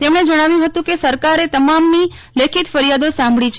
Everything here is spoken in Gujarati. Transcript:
તેમણે જણાવ્યું હતું કે સરકારએ તમામની લેખિત ફરિયાદો સાંભળી છે